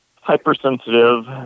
hypersensitive